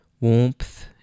warmth